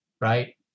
right